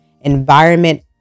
Environment